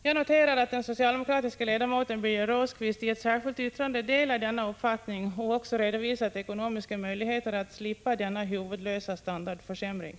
Jag noterar att den socialdemokratiske ledamoten Birger Rosqvist i ett särskilt yttrande delar denna uppfattning och där också redovisar ekonomis Prot. 1985/86:159 ka möjligheter att slippa denna huvudlösa standardförsämring.